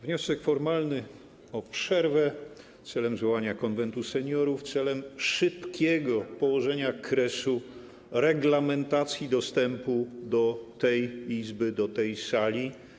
Wniosek formalny o przerwę celem zwołania Konwentu Seniorów, celem szybkiego położenia kresu reglamentacji dostępu do tej Izby, do tej sali.